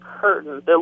curtains